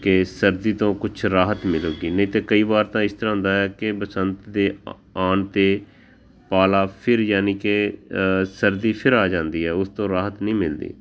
ਕਿ ਸਰਦੀ ਤੋਂ ਕੁਛ ਰਾਹਤ ਮਿਲੇਗੀ ਨਹੀਂ ਤਾਂ ਕਈ ਵਾਰ ਤਾਂ ਇਸ ਤਰ੍ਹਾਂ ਹੁੰਦਾ ਕਿ ਬਸੰਤ ਦੇ ਅ ਆਉਣ 'ਤੇ ਪਾਲਾ ਫਿਰ ਯਾਨੀ ਕਿ ਸਰਦੀ ਫਿਰ ਆ ਜਾਂਦੀ ਹੈ ਉਸ ਤੋਂ ਰਾਹਤ ਨਹੀਂ ਮਿਲਦੀ